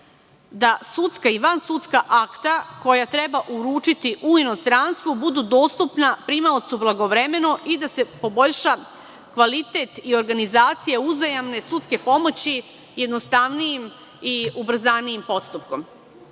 da sudska i vansudska akta, koja treba uručiti u inostranstvu, budu dostupna primaocu blagovremeno i da se poboljša kvalitet i organizacija uzajamne sudske pomoći, jednostavnijim i ubrzanijim